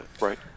Right